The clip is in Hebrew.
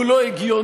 הוא לא הגיוני.